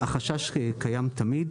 החשש קיים תמיד.